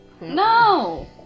No